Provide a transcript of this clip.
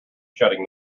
shutting